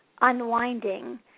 unwinding